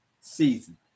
season